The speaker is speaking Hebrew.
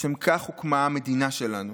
לשם כך הוקמה המדינה שלנו.